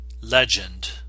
legend